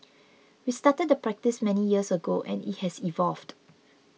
we started the practice many years ago and it has evolved